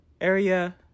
area